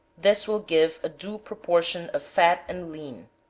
this will give a due proportion of fat and lean.